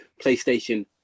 playstation